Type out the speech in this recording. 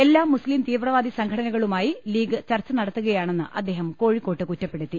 എല്ലാ മുസ്ലിം തീവ്രവാദി സംഘടകളുമായി ലീഗ് ചർച്ച നട ത്തുകയാണെന്ന് അദ്ദേഹം കോഴിക്കോട്ട് കുറ്റപ്പെടുത്തി